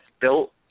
built